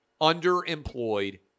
underemployed